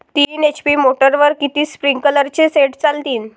तीन एच.पी मोटरवर किती स्प्रिंकलरचे सेट चालतीन?